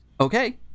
okay